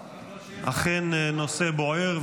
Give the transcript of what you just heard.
אכן, נושא בוער.